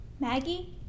Maggie